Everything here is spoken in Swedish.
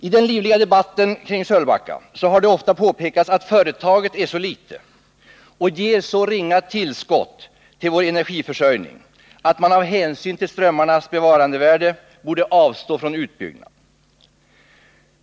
I den livliga debatten kring Sölvbacka har det ofta påpekats att företaget är så litet och ger så ringa tillskott till vår energiförsörjning, att man av hänsyn till strömmarnas bevarandevärde borde avstå från utbyggnad.